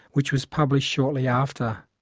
which was published shortly after.